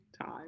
time